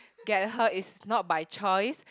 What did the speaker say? get her is not by choice